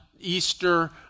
Easter